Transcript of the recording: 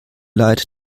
leid